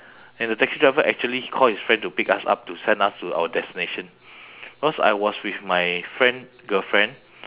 and the taxi driver actually call his friend to pick us up to send us to our destination because I was with my friend girlfriend